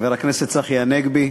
חבר הכנסת צחי הנגבי,